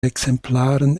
exemplaren